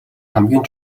хамгийн